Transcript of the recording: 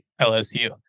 LSU